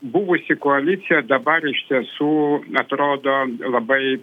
buvusi koalicija dabar iš tiesų atrodo labai